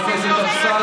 חבר הכנסת אמסלם,